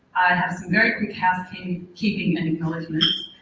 have some very quick housekeeping housekeeping and acknowledgements,